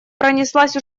пронеслась